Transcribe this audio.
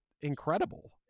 incredible